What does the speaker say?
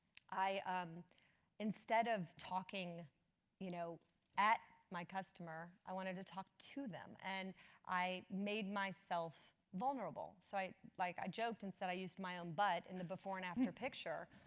um instead of talking you know at my customer, i wanted to talk to them and i made myself vulnerable. so i like i joked and said i used my own butt in the before and after picture.